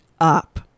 up